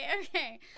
Okay